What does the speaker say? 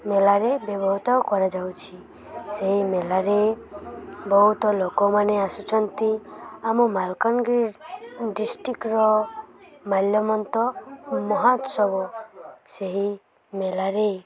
ମେଲାରେ କରାଯାଉଛି ସେହି ମେଲାରେ ବହୁତ ଲୋକମାନେ ଆସୁଛନ୍ତି ଆମ ମାଲକାନଗିରି ଡିଷ୍ଟ୍ରିକ୍ରେ ମାଲ୍ୟମନ୍ତ ମହୋତ୍ସବ ସେହି ମେଲାରେ